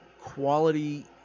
quality